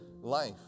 life